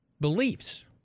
beliefs